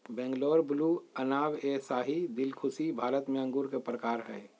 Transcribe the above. Bangalore blue, अनाब ए शाही, दिलखुशी भारत में अंगूर के प्रकार हय